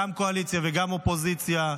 גם קואליציה וגם אופוזיציה,